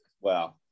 Wow